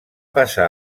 passar